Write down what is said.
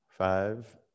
Five